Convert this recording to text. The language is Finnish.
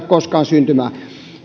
koskaan syntymään